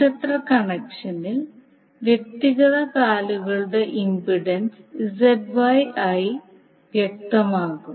നക്ഷത്ര കണക്ഷനിൽ വ്യക്തിഗത കാലുകളുടെ ഇംപെഡൻസ് ZY ആയി വ്യക്തമാക്കും